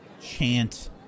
chant